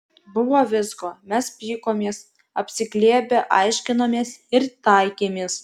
buvo visko mes pykomės apsiglėbę aiškinomės ir taikėmės